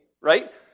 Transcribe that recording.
Right